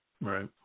Right